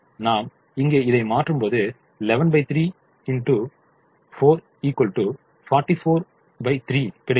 நாம் இங்கே இதை மாற்றும்போது 113 x 4 443 கிடைக்கிறது